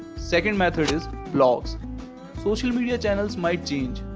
second method is blogs social media channels might change.